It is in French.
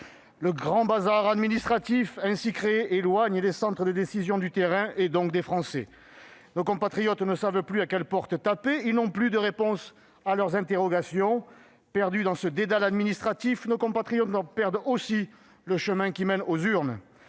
Le grand bazar administratif ainsi créé éloigne les centres de décision du terrain et, donc, des Français. Nos compatriotes ne savent plus à quelle porte taper, ils n'ont plus de réponse à leurs interrogations. Perdus dans ce dédale administratif, ils en oublient aussi le chemin qui mène aux urnes.